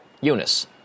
Eunice